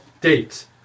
Dates